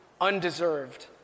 undeserved